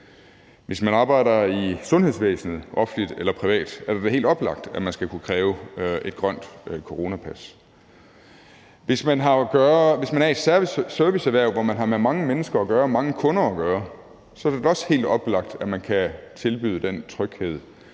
Hvis man arbejder i sundhedsvæsenet, offentligt eller privat, er det da helt oplagt, at man skal kunne kræve et grønt coronapas. Hvis man er i et særligt serviceerhverv, hvor man har med mange mennesker at gøre og med mange kunder at gøre, er det da også helt oplagt, at man kan tilbyde den tryghed